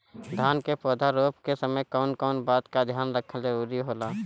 धान के पौधा रोप के समय कउन कउन बात के ध्यान रखल जरूरी होला?